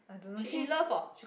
she in love orh